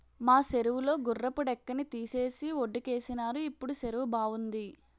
మా సెరువు లో గుర్రపు డెక్కని తీసేసి వొడ్డుకేసినారు ఇప్పుడు సెరువు బావుంది